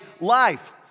life